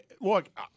Look